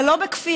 זה לא בכפייה.